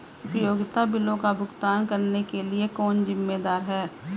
उपयोगिता बिलों का भुगतान करने के लिए कौन जिम्मेदार है?